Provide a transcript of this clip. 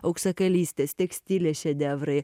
auksakalystės tekstilės šedevrai